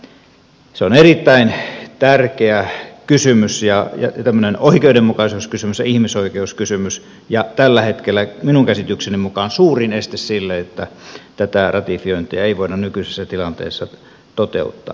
se on erittäin tärkeä kysymys ja oikeudenmukaisuuskysymys ja ihmisoikeuskysymys ja tällä hetkellä minun käsitykseni mukaan suurin syy sille että tätä ratifiointia ei voida nykyisessä tilanteessa toteuttaa